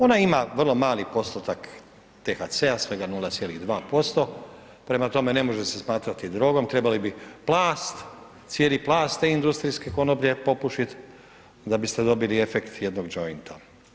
Ona ima vrlo mali postotak THC-a svega 0,2% prema tome, ne može se smatrati drogom, trebali bi plast, cijeli plast te industrijske konoplje opušit da biste dobili efekt jednog džointa.